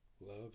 Love